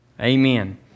Amen